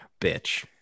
bitch